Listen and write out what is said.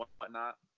whatnot